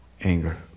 anger